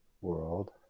world